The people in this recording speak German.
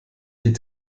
die